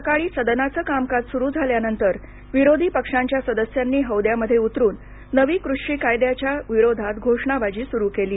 सकाळी सदनाचं कामकाज सुरू झाल्यानंतर विरोधी पक्षांच्या सदस्यांनी हौद्यामध्ये उतरून नव्या कृषीकायद्यांच्या विरोधात घोषणाबाजी सुरू केली